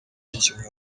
ikimwaro